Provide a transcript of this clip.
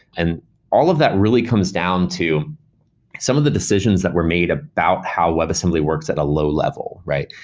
and all of that really comes down to some of the decisions that were made about how web assembly works at a low level, right?